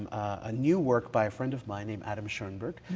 a new work by a friend of mine named adam schoenberg,